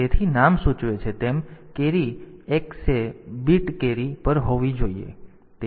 તેથી નામ સૂચવે છે તેમ કેરી એક સે બીટ કેરી પર સેટ હોવી જોઈએ